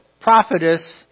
prophetess